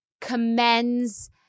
commends